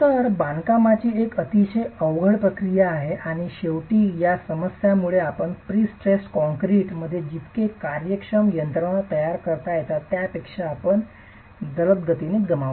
तर ही बांधकामाची एक अतिशय अवघड प्रक्रिया आहे आणि शेवटी या समस्यांमुळे आपण प्रिसिस्टेड कॉंक्रिट मध्ये जितके कार्यक्षम यंत्रणा तयार करता त्यापेक्षा आपण जलद गतीने गमावले